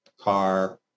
car